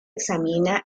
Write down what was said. examina